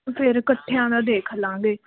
ਫਿਰ ਇਕੱਠਿਆਂ ਦਾ ਦੇਖ ਲਾਂਗੇ